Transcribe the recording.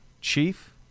chief